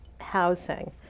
housing